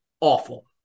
awful